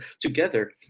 together